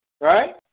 Right